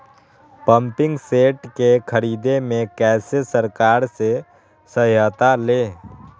Pumping set के ख़रीदे मे कैसे सरकार से सहायता ले?